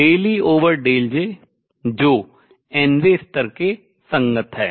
∂E∂J जो n वें स्तर के संगत है